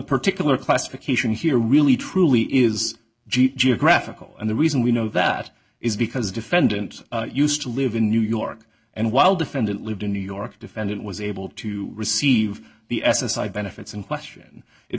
particular classification here really truly is geographical and the reason we know that is because the defendant used to live in new york and while defendant lived in new york defendant was able to receive the s s i benefits in question it